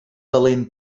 valent